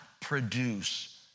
produce